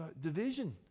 division